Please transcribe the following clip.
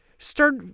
start